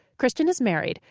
christian is married,